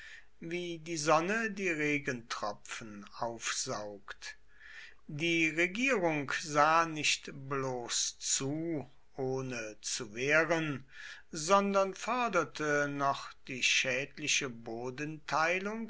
wie die sonne die regentropfen aufsaugt die regierung sah nicht bloß zu ohne zu wehren sondern förderte noch die schädliche